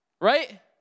right